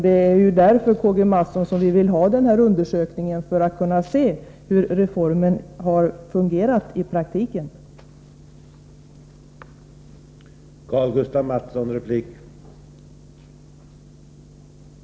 Det är ju för att kunna ge sådana exempel och se hur reformen fungerat i praktiken som vi vill ha denna undersökning.